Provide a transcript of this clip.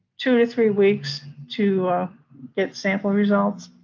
two to three weeks to get sample results,